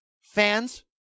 fans